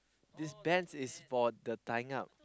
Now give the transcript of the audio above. this bands is for the tying up